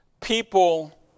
people